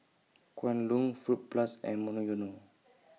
Kwan Loong Fruit Plus and Monoyono